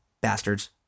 Bastards